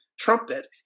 trumpet